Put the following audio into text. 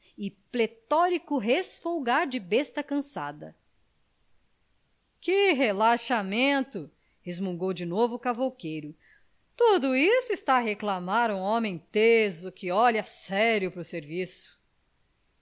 resfolgar de besta cansada que relaxamento resmungou de novo o cavouqueiro tudo isto está a reclamar um homem teso que olhe a sério para o